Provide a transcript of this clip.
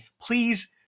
please